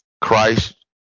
Christ